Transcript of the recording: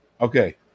Okay